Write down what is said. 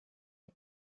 had